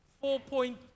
four-point